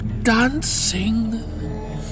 dancing